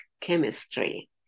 chemistry